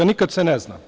Nikad se ne zna.